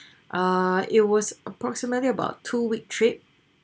ah it was approximately about two week trip